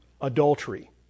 adultery